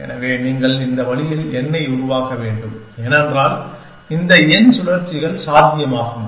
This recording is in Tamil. எனவே நீங்கள் இந்த வழியில் n ஐ உருவாக்க வேண்டும் ஏனென்றால் இந்த n சுழற்சிகள் சாத்தியமாகும்